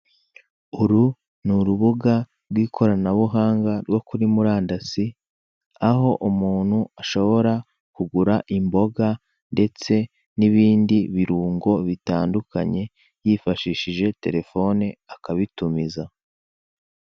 Uru n'urubuga rw'ikoranabuhanga rwo kuri murandasi aho umuntu ashobora kugura imboga ndetse n'ibindi birungo bitandukanye yifashishije telefone akabitumiza.